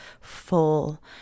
full